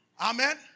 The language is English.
Amen